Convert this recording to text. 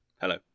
Hello